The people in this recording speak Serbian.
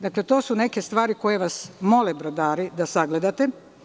Dakle, to su neke stvari koje vas mole brodari da sagledate.